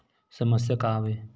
समस्या का आवे?